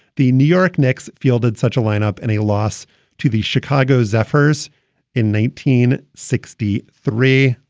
the new york knicks fielded such a lineup and a loss to the chicago zephyrs in nineteen sixty three.